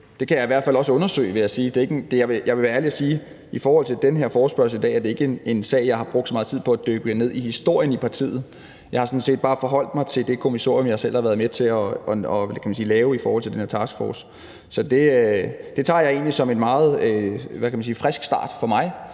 det, kan jeg i hvert fald undersøge, vil også jeg sige. Jeg vil være ærlig og sige, at i forhold til den her forespørgsel i dag er det ikke en sag, jeg har brugt meget tid på at dykke ned i i forhold til historien i partiet. Jeg har sådan set bare forholdt mig til det kommissorium, som jeg selv har været med til, hvad kan man sige, at lave i forhold til den her taskforce. Så jeg tager det egentlig som en meget frisk start for mig